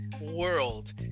world